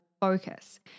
focus